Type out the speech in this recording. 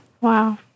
Wow